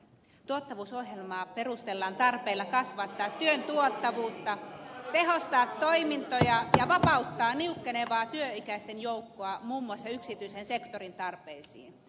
tuottavuusohjelmaa perustellaan tarpeella kasvattaa työn tuottavuutta tehostaa toimintoja ja vapauttaa niukkenevaa työikäisten joukkoa muun muassa yksityisen sektorin tarpeisiin